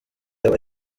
aba